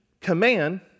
command